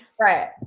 Right